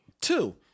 Two